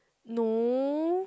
no